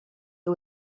who